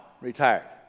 retired